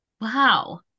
Wow